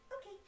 Okay